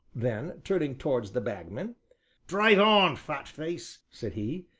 then, turning towards the bagman drive on, fat-face! said he,